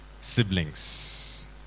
siblings